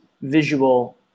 visual –